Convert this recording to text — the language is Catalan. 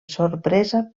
sorpresa